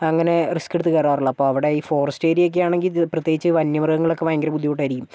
അങ്ങനെ റിസ്ക് എടുത്ത് കയറാറുള്ളൂ അപ്പം ഫോറസ്റ്റ് ഏരിയ ഒക്കെയാണെങ്കിൽ പ്രത്യേകിച്ച് വന്യമൃഗങ്ങൾ ഒക്കെ ഭയങ്കര ബുദ്ധിമുട്ടായിരിക്കും